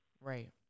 Right